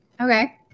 Okay